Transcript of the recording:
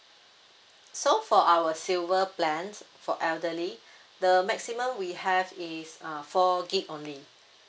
so for our silver plans for elderly the maximum we have is uh four gigabyte only